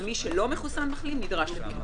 ומי שלא מחוסן-מחלים נדרש לבידוד.